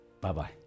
Bye-bye